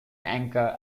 anchor